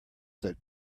that